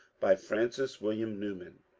by francis william newman.